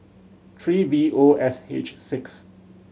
three V O S H six